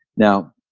now,